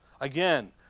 Again